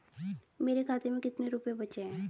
मेरे खाते में कितने रुपये बचे हैं?